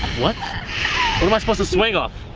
what? what am i supposed to swing off?